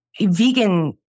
vegan